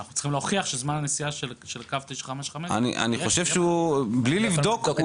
ואנחנו צריכים להוכיח שזמני הנסיעה של קו 955 --- בלי לבדוק,